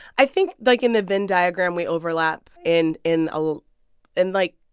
i think, like, in the venn diagram, we overlap in in ah and like,